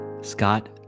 Scott